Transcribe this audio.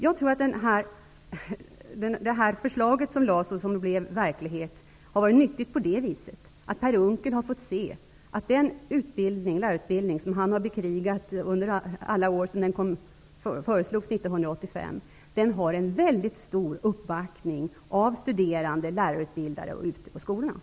Jag tror att det förslag som nu har blivit verklighet var nyttigt så till vida att Per Unckel har fått se att den lärarutbildning som han har bekrigat under alla år sedan 1985 har en väldigt stor uppbackning av studerande och lärarutbildare ute på skolorna.